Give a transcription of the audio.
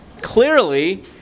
clearly